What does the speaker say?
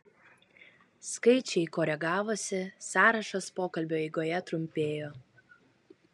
skaičiai koregavosi sąrašas pokalbio eigoje trumpėjo